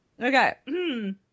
Okay